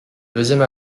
deuxième